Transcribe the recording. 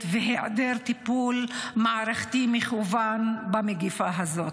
והיעדר טיפול מערכתי מכוון במגפה הזאת.